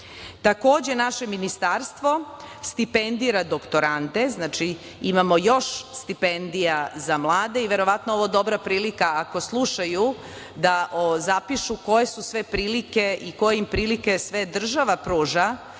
naše ministarstvo stipendira doktorante, znači imamo još stipendija za mlade. Verovatno je ovo dobra prilika, ako slušaju, da zapišu koje su sve prilike i koje prilike im sve država pruža